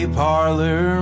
parlor